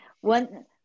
one